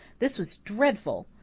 this was dreadful.